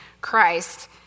Christ